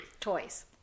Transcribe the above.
Toys